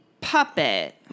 puppet